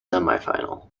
semifinal